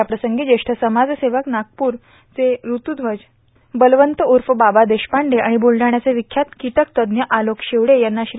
याप्रसंगी ज्येष्ठ समाजसेवक नागपूर चे ऋतुध्वज बलवंत उर्फ बाबा देशपांडे आणि बुलडाणाचे विख्यात कीटकतज्ञ आलोक शेवडे यांना श्री